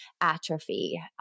atrophy